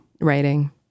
Writing